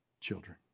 Children